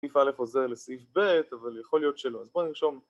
‫סעיף א' עוזר לסעיף ב', ‫אבל יכול להיות שלא, אז בואו נרשום.